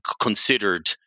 considered